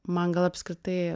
man gal apskritai